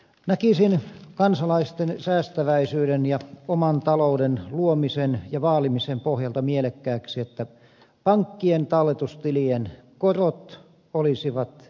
näkisin kansalaisten säästäväisyyden ja oman talouden luomisen ja vaalimisen pohjalta mielekkääksi että pankkien talletustilien korot olisivat verovapaat